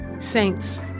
Saints